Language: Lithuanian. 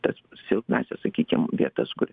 tas silpnąsias sakykim vietas kur